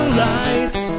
lights